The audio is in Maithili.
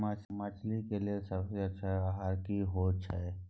मछली के लेल सबसे अच्छा आहार की होय छै?